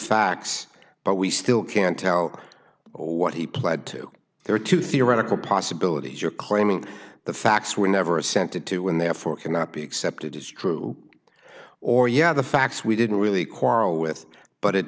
facts but we still can't tell what he pled to there are two theoretical possibilities you're claiming the facts were never assented to and therefore cannot be accepted as true or yeah the facts we didn't really quarrel with but it